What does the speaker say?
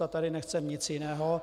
A tady nechceme nic jiného.